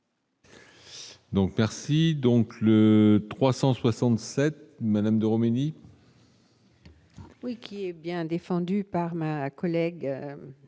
merci donc le 367 madame de Khomeiny. Oui, qui est bien défendu par ma collègue